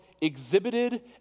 exhibited